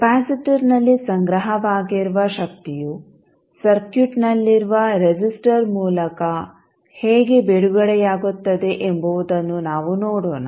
ಕೆಪಾಸಿಟರ್ನಲ್ಲಿ ಸಂಗ್ರಹವಾಗಿರುವ ಶಕ್ತಿಯು ಸರ್ಕ್ಯೂಟ್ನಲ್ಲಿರುವ ರೆಸಿಸ್ಟರ್ ಮೂಲಕ ಹೇಗೆ ಬಿಡುಗಡೆಯಾಗುತ್ತದೆ ಎಂಬುವುದನ್ನು ನಾವು ನೋಡೋಣ